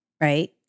Right